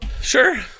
Sure